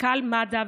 מנכ"ל מד"א,